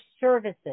services